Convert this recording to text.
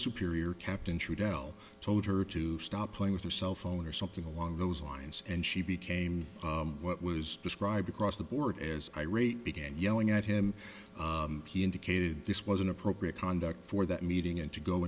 superior captain trudeau told her to stop playing with her cell phone or something along those lines and she became what was described across the board as irate began yelling at him he indicated this was inappropriate conduct for that meeting and to go